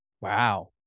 Wow